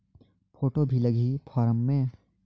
Photo भी लगी form मे?